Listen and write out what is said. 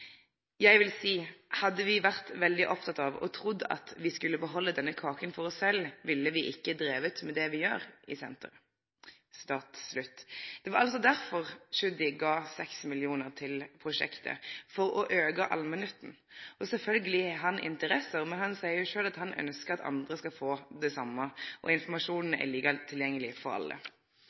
Jeg vil si: Hadde vi vært veldig opptatt av – og trodd – at vi skulle beholde denne kaken for oss selv, ville vi ikke drevet med det vi gjør i Centre for High North Logistics.» Det var altså derfor Tschudi gav 6 mill. kr til prosjektet – for å auke allmennytta. Sjølvsagt har han interesser her, men han seier sjølv at han ynskjer at andre skal få del i det same. Informasjonen er like tilgjengeleg for alle.